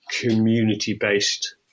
community-based